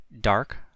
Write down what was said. dark